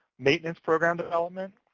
maintenance program development,